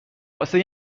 واسه